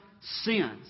sins